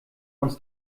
uns